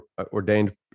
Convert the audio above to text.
ordained